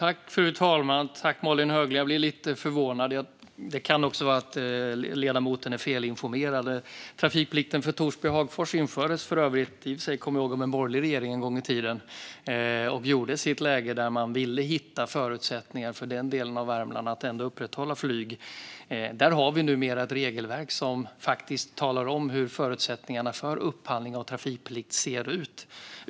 Fru talman! Jag blir lite förvånad av det som Malin Höglund tar upp, men det kan också vara så att hon är felinformerad. Trafikplikten för Torsby och Hagfors infördes för övrigt av en borgerlig regering en gång i tiden, och det gjordes i ett läge där man ville hitta förutsättningar för den delen av Värmland att upprätthålla flyg. Där har vi numera ett regelverk som faktiskt talar om hur förutsättningarna för upphandling av trafikplikt ser ut.